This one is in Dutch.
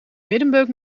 middenbeuk